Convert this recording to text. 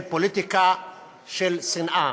של פוליטיקה של שנאה.